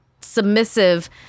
submissive